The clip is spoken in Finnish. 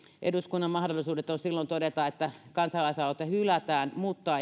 eduskunnan mahdollisuus on silloin todeta että kansalaisaloite hylätään mutta